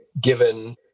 given